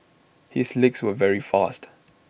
his legs were very fast